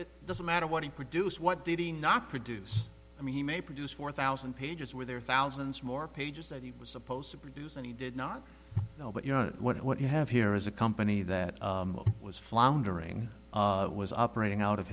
it doesn't matter what he produced what did he not produce i mean he may produce four thousand pages where there are thousands more pages that he was supposed to produce and he did not know but you know what you have here is a company that was floundering was operating out of